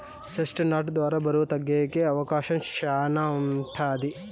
chest నట్ ద్వారా బరువు తగ్గేకి అవకాశం శ్యానా ఉంటది